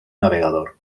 navegador